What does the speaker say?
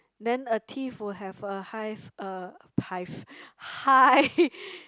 then a thief would have a hive uh hive high